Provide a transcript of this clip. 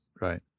right